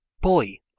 Boy